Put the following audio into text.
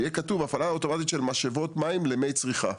את המילים "הפעלה אוטומטית של משאבות מים למי צריכה".